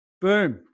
Boom